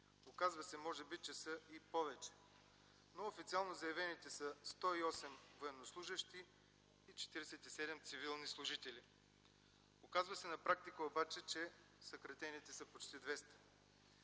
Оказва се, че може би са и повече. Но официално заявените са 108 военнослужещи и 47 цивилни служители. Оказва се на практика, че съкратените са почти 200.